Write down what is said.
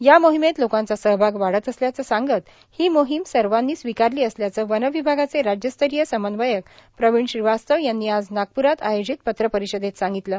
या मोहिमेत लोकांचा सहभाग वाढत असल्याचं सांगत ही मोहीम सर्वांनी स्वीकारली असल्याचं वनविभागाचे राज्यस्तरीय समन्वयक प्रवीण श्रीवास्तव यांनी आज नागपुरात आयोजित पत्रपरिषदेत सांगितलं